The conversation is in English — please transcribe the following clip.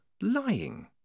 lying